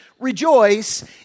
rejoice